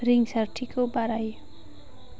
रिंसारथिखौ बाराय